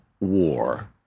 war